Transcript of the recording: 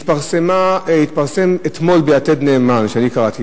אתמול התפרסם ב"יתד נאמן" שאני קראתי,